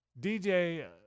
DJ